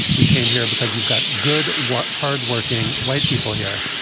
we came here because we've got good work, hardworking white people here.